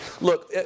Look